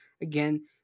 Again